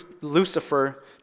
Lucifer